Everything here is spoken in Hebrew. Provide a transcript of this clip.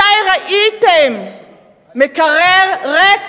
מתי ראיתם מקרר ריק